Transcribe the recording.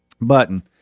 button